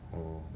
oh